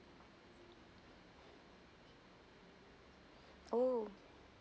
oh